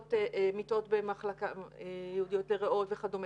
ומיטות ייעודיות לריאות וכדומה,